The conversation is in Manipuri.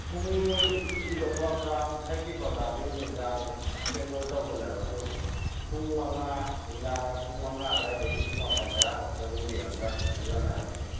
ꯄꯨꯡ ꯄ꯭ꯔꯣꯒꯥꯝ ꯏꯁꯩꯒꯤ ꯄ꯭ꯔꯣꯒꯥꯝꯗꯤ ꯅꯨꯃꯤꯗꯥꯡ ꯑꯊꯦꯡꯕꯗ ꯇꯧꯕꯅꯦꯕ ꯑꯗꯣ ꯄꯨꯡ ꯃꯉꯥ ꯅꯨꯃꯤꯗꯥꯡ ꯋꯥꯏꯔꯝ ꯄꯨꯡ ꯃꯉꯥ ꯑꯗꯨꯋꯥꯏꯗꯒꯤ ꯄꯨꯡ ꯃꯥꯄꯜ ꯇꯔꯥ ꯐꯥꯎꯗ ꯑꯗꯨꯝ ꯌꯦꯡꯉꯒ ꯈꯤꯇꯪ ꯉꯟꯅ ꯍꯜꯂꯛꯁꯦ